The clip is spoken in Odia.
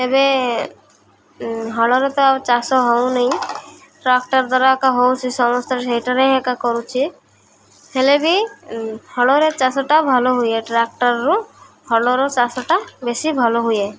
ଏବେ ହଳରେ ତ ଆଉ ଚାଷ ହେଉନି ଟ୍ରାକ୍ଟର୍ ଦ୍ୱାରା ଏକା ହେଉଛି ସମସ୍ତ ସେଇଟାରେ ହିଁ ଏକା କରୁଛି ହେଲେ ବି ହଳରେ ଚାଷଟା ଭଲ ହୁଏ ଟ୍ରାକ୍ଟର୍ରୁ ହଳର ଚାଷଟା ବେଶୀ ଭଲ ହୁଏ